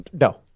no